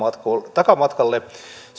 takamatkalle